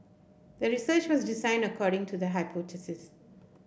the research was designed according to the hypothesis